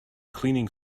cleaning